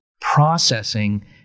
processing